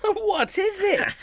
what is it?